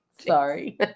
Sorry